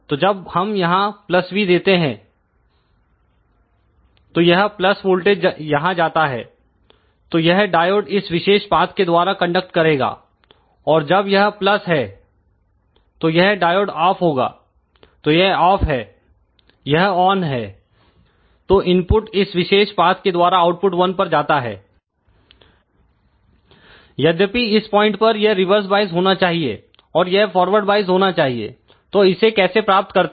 तो जब हम यहां V देते हैं तो यह प्लस वोल्टेज यहां जाता है तो यह डायोड इस विशेष पाथ के द्वारा कंडक्ट करेगा और जब यह है तो यह डायोड ऑफ होगा तो यह ऑफ है यह ऑन है तो इनपुट इस विशेष पाथ के द्वारा आउटपुट 1 पर जाता है यद्यपि इस पॉइंट पर यह रिवर्स बॉयस होना चाहिए और यह फॉरवर्ड वाइस होना चाहिए तो इसे कैसे प्राप्त करते हैं